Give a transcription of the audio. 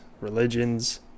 religions